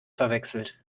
verwechselt